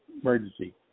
emergency